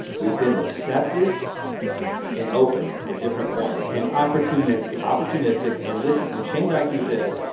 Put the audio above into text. we've been receptive and open at different points. and opportunistic. opportunistic and listen when shane daiki said,